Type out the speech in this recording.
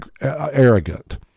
arrogant